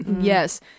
Yes